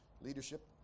leadership